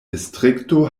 distrikto